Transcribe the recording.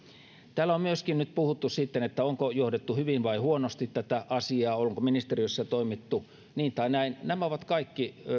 täällä on myöskin nyt puhuttu että onko johdettu hyvin vai huonosti tätä asiaa onko ministeriössä toimittu niin tai näin nämä oikeudelliset kysymykset ovat kaikki